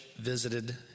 visited